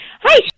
Hi